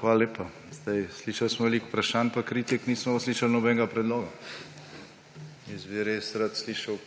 Hvala lepa. Slišali smo veliko vprašanj pa kritik, nismo pa slišali nobenega predloga. Jaz bi res rad slišal,